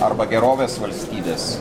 arba gerovės valstybės